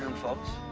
folks.